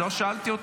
אני לא שאלתי אותך.